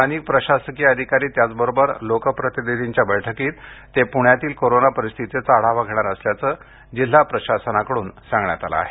स्थानिक प्रशासकीय अधिकारी त्याचबरोबर लोकप्रतिनिधींच्या बैठकीत ते पुण्यातील कोरोना परिस्थितीचा आढावा घेणार असल्याचं जिल्हा प्रशासनाकडून सांगण्यात आलं आहे